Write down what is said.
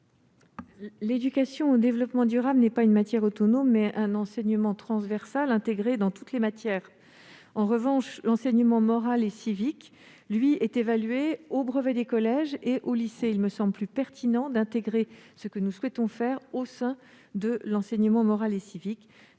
L'éducation au développement durable est non pas une matière autonome, mais un enseignement transversal intégré dans toutes les matières. En revanche, l'enseignement moral et civique est évalué lors du brevet des collèges. Il me semble plus pertinent d'intégrer l'enseignement de l'éthique animale à l'enseignement moral et civique.